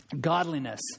Godliness